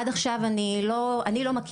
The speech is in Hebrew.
עד עכשיו אני לא מכירה,